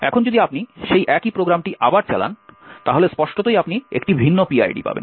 এখন যদি আপনি সেই একই প্রোগ্রামটি আবার চালান তাহলে স্পষ্টতই আপনি একটি ভিন্ন পিআইডি পাবেন